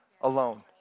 alone